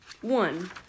One